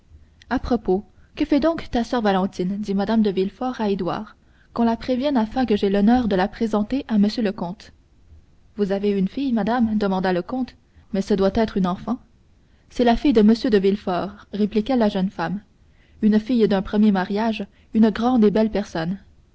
à propos que fait donc ta soeur valentine dit mme de villefort à édouard qu'on la prévienne afin que j'aie l'honneur de la présenter à m le comte vous avez une fille madame demanda le comte mais ce doit être une enfant c'est la fille de m de villefort répliqua la jeune femme une fille d'un premier mariage une grande et belle personne